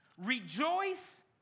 rejoice